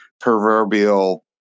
proverbial